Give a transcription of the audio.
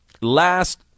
Last